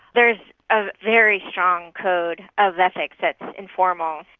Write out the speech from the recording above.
there is a very strong code of ethics that's informal.